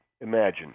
imagine